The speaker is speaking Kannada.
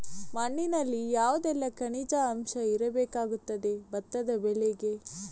ಮಣ್ಣಿನಲ್ಲಿ ಯಾವುದೆಲ್ಲ ಖನಿಜ ಅಂಶ ಇರಬೇಕಾಗುತ್ತದೆ ಭತ್ತದ ಬೆಳೆಗೆ?